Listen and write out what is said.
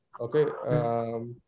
Okay